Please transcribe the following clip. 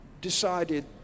decided